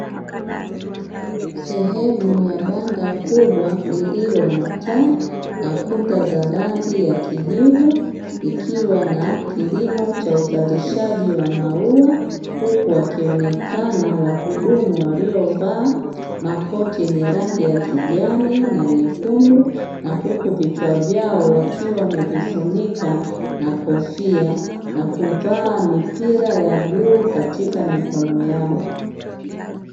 Sehemu ya banda kubwa lililo na taa na kuta za rangi ya kijivu, ikiwa na kilimo cha uzalishaji wa maua. Huku wakionekana wahudumu waliovaa makoti yenye rangi ya kijani na nyekundu, na huku vichwa vyao wakiwa wamevifunika na kofia na kuvaa mipira ya bluu katika mikono yao.